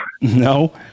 No